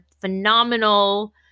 phenomenal